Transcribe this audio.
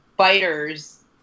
fighters